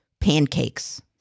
pancakes